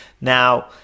now